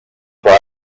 prior